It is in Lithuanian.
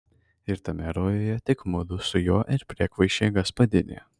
ir tame rojuje tik mudu su juo ir priekvaišė gaspadinė